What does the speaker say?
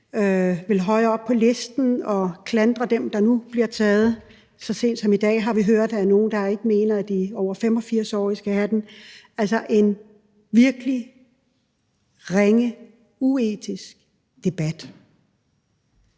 vil højere op på listen, og som klandrer dem, der nu får den. Så sent som i dag har vi hørt, at der er nogle, der mener, at de over 85-årige ikke skal have den. Altså, en virkelig ringe, uetisk debat.